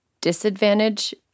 disadvantage